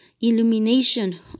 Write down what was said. illumination